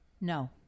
no